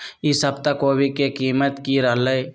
ई सप्ताह कोवी के कीमत की रहलै?